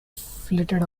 flitted